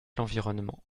l’environnement